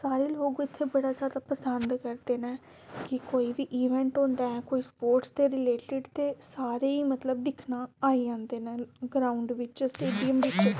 सारे लोक इत्थें बड़ा जादा पसंद करदे न कि कोई बी इवेंट होंदा ऐ कोई स्पोर्टस दे रिलेटड ते सारे ई मतलब दिक्खना आई जंदे न ग्राउंड बिच स्टेडियम बिच्च